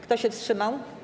Kto się wstrzymał?